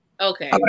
Okay